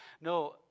No